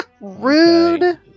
Rude